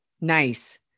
Nice